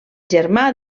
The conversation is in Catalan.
germà